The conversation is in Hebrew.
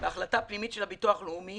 בהחלטה פנימית של הביטוח הלאומי